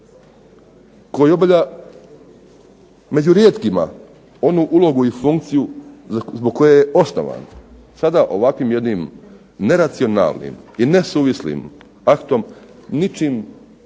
koji obavlja među rijetkima onu ulogu i funkciju zbog koje je osnovan, sada ovakvim jednim neracionalnim i nesuvislim aktom, ničim